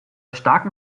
starkem